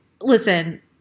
listen